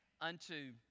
unto